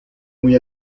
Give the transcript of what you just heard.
muy